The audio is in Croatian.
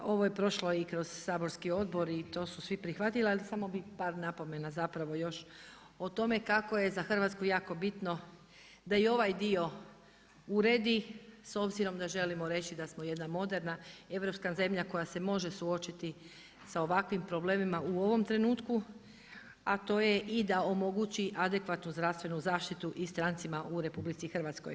Ovo je prošlo i kroz saborski odbor i to su svi prihvatili, ali samo bih par napomena zapravo još o tome kako je za Hrvatsku jako bitno da i ovaj dio uredi s obzirom da želimo reći da smo jedna moderna europska zemlja koja se može suočiti sa ovakvim problemima u ovom trenutku, a to je i da omogući adekvatnu zdravstvenu zaštitu i strancima u RH.